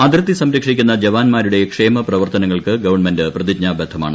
അതിർത്തി സംരക്ഷിക്കുന്ന ജവാൻമാരുടെ ക്ഷേമ പ്രവർത്തനങ്ങൾക്ക് ഗവൺമെന്റ് പ്രതിജ്ഞാബദ്ധമാണ്